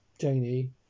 Janie